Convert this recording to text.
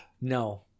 No